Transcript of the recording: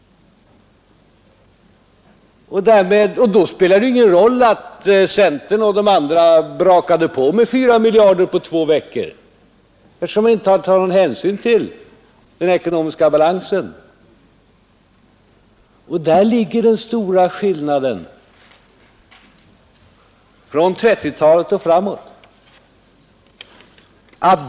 Då spelar det ingen roll att centern och de andra partierna brakade på med 4 miljarder kronor på två veckor, eftersom man inte behöver ta någon hänsyn till den ekonomiska balansen. Där ligger den stora skillnaden mellan 1930-talet och senare år.